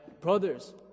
brothers